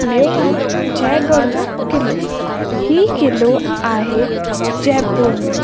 ॿियों आहे जयगढ़ जो क़िलो ही क़िलो आहे जयपुर में